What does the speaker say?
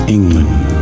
England